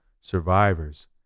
survivors